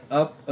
up